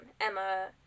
Emma